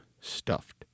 stuffed